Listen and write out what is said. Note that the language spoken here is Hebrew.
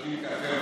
שותים קפה,